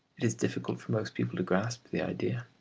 it is difficult for most people to grasp the idea.